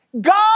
God